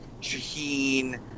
Shaheen